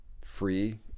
free